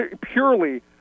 purely